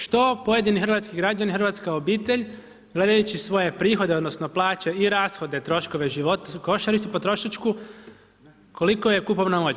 Što pojedini hrvatski građani, hrvatska obitelj gledajući svoje prihode odnosno plaće i rashode, troškove života, košaricu potrošačku koliko je kupovna moć?